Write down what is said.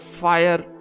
fire